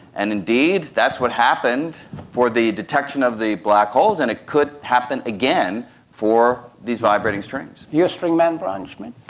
and indeed that's what happened for the detection of the black holes and it could happen again for these vibrating strings. are you a string man, brian schmidt?